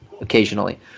occasionally